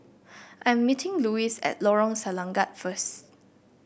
I am meeting Luis at Lorong Selangat first